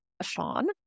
Sean